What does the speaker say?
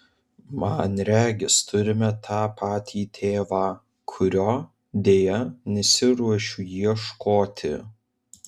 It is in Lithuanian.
man regis turime tą patį tėvą kurio deja nesiruošiu ieškoti